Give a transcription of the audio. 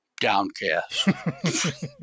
downcast